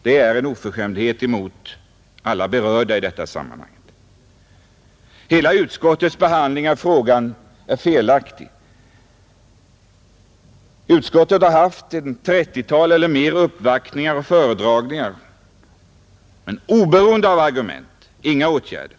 Det är en oförskämdhet mot alla berörda, Utskottets hela behandling av frågan är felaktig. Utskottet har haft ett 30-tal — eller fler — uppvaktningar och föredragningar. Men oberoende av argumenten: inga åtgärder.